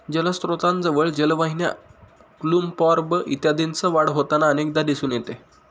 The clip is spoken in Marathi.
जलस्त्रोतांजवळ जलवाहिन्या, क्युम्पॉर्ब इत्यादींची वाढ होताना अनेकदा दिसून येते